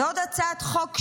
ועוד הצעת חוק שלי,